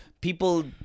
people